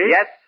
Yes